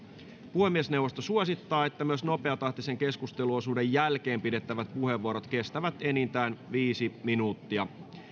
puhemiesneuvosto suosittaa että myös nopeatahtisen keskusteluosuuden jälkeen pidettävät puheenvuorot kestävät enintään viisi minuuttia